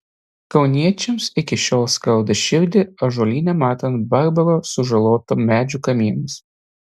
kauniečiams iki šiol skauda širdį ąžuolyne matant barbaro sužalotų medžių kamienus